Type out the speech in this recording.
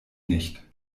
nicht